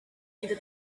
into